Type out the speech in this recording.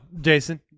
Jason